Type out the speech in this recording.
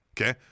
Okay